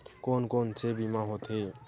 कोन कोन से बीमा होथे?